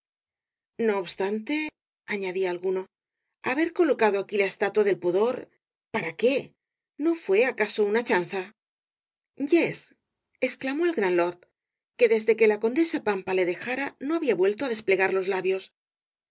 no obstante añadía alguno haber colocado aquí la estatua del pudor para qué no fué acaso una chanza yes exclamó el gran lord que desde que la condesa pampa le dejara no había vuelto á desplegar los labios